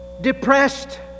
depressed